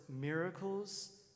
miracles